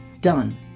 done